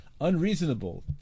unreasonable